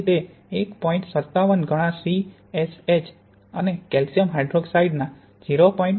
57 ગણા સીએસએચ અને calcium hydroxide ના 0